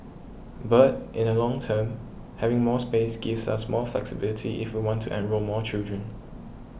but in the long term having more space gives us more flexibility if we want to enrol more children